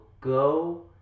go